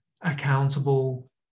accountable